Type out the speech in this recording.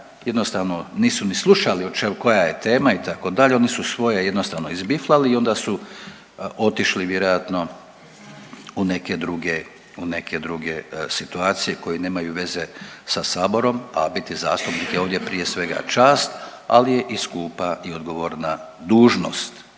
jednostavno nisu ni slušali koja je tema, itd., oni su svoje jednostavno izbiflali i onda su otišli vjerojatno u neke druge situacije koje nemaju veze sa Saborom, a biti zastupnik je ovdje prije svega čast, ali je i skupa i odgovorna dužnost.